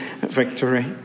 victory